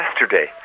Yesterday